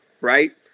right